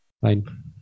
fine